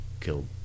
killed